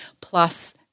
plus